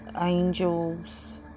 angels